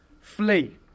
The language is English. Flee